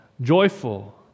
joyful